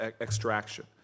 extraction